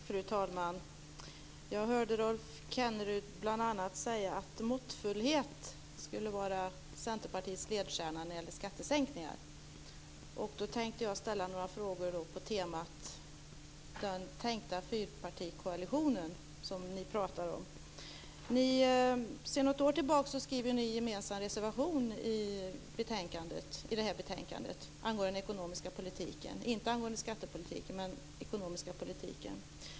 Fru talman! Jag hörde Rolf Kenneryd bl.a. säga att måttfullhet skulle vara Centerpartiets ledstjärna när det gäller skattesänkningar. Då tänkte jag ställa några frågor på temat den tänka fyrpartikoalitionen som ni pratar om. Sedan något år tillbaka skriver ju ni gemensam reservation i det här betänkandet angående den ekonomiska politiken - inte angående skattepolitiken, men den ekonomiska politiken.